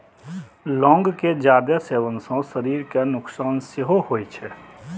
लौंग के जादे सेवन सं शरीर कें नुकसान सेहो होइ छै